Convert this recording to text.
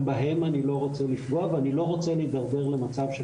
ובהם אני לא רוצה לפגוע ואני לא רוצה להידרדר למצב של